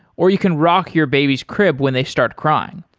or you can rock your baby's crib when they start crying.